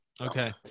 Okay